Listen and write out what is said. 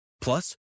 Plus